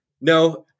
no